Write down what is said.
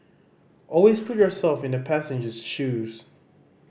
always put yourself in the passenger's shoes